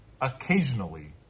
occasionally